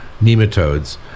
nematodes